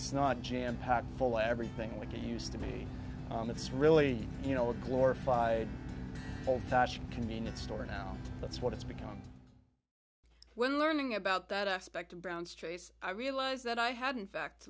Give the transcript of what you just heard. it's not jam packed full everything we can use to be on the so really you know a glorified old fashioned convenience store now that's what it's become when learning about that aspect of brown's trace i realize that i hadn't fact